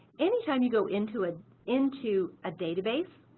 anytime you go into it into a database,